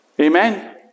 Amen